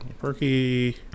perky